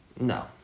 No